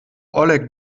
oleg